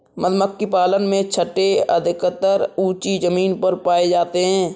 मधुमक्खी पालन में छत्ते अधिकतर ऊँची जमीन पर पाए जाते हैं